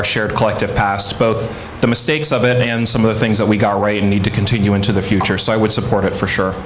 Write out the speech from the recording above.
our shared collective past both the mistakes of it and some of the things that we got right need to continue into the future so i would support it for sure